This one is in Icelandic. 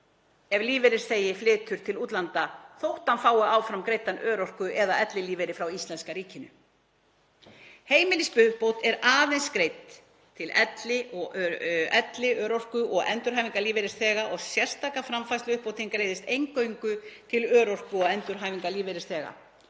ef lífeyrisþegi flytur til útlanda þótt hann fái áfram greiddan örorku- eða ellilífeyri frá íslenska ríkinu. Heimilisuppbót er aðeins greidd til elli-, örorku- og endurhæfingarlífeyrisþega, og sérstaka framfærsluuppbótin greiðist eingöngu til örorku- og endurhæfingarlífeyrisþega.